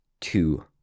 two